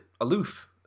aloof